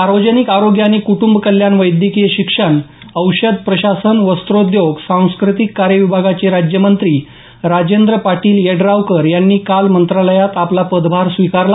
सार्वजनिक आरोग्य आणि कुटुंब कल्याण वैद्यकीय शिक्षण अन्न औषध प्रशासनवस्त्रोद्योग सांस्कृतिक कार्य विभागाचे राज्यमंत्री राजेंद्र पाटील यड्रावकर यांनी काल मंत्रालयात आपला पदभार स्वीकारला